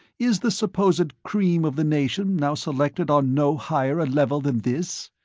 is the supposed cream of the nation now selected on no higher a level than this?